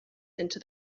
into